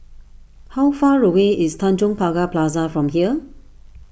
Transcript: how far away is Tanjong Pagar Plaza from here